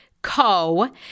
Co